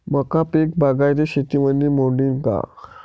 मका पीक बागायती शेतीमंदी मोडीन का?